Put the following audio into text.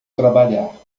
trabalhar